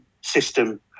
system